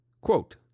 Quote